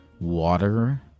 water